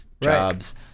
jobs